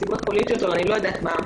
מסיבות פוליטיות או אני לא יודעת מה,